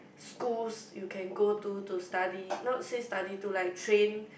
schools you can go to to study not say study to like train